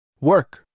Work